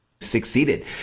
succeeded